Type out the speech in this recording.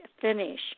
finish